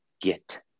get